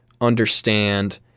understand